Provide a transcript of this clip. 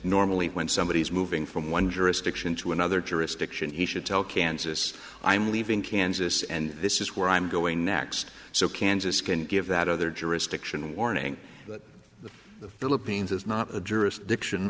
normally when somebody is moving from one jurisdiction to another jurisdiction he should tell kansas i'm leaving kansas and this is where i'm going next so kansas can give the that other jurisdiction warning that the philippines is not a jurisdiction